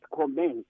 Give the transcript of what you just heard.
comment